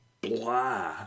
blah